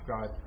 God